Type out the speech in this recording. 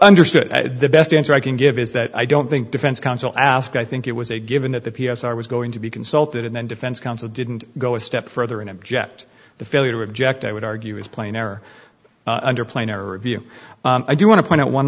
understood the best answer i can give is that i don't think defense counsel asked i think it was a given that the p s i was going to be consulted and then defense counsel didn't go a step further and object the failure to object i would argue is plainer and plainer of you i do want to point out one